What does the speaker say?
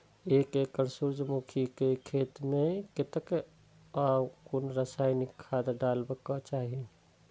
एक एकड़ सूर्यमुखी केय खेत मेय कतेक आ कुन रासायनिक खाद डलबाक चाहि?